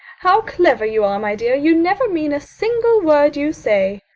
how clever you are, my dear! you never mean a single word you say.